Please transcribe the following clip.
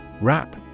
Wrap